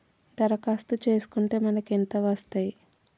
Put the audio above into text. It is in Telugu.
దరఖాస్తు చేస్కుంటే మనకి ఎంత వస్తాయి?